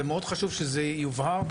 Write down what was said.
זה מאוד חשוב שזה יובהר,